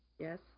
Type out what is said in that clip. Yes